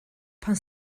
pan